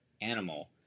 animal